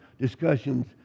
discussions